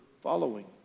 following